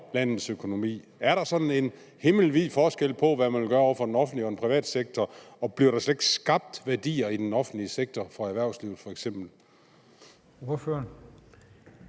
landets økonomi? Er der sådan en himmelvid forskel på, hvad man vil gøre over for den offentlige sektor, og hvad man vil gøre over for den private sektor, og bliver der slet ikke skabt værdier i den offentlige sektor for erhvervslivet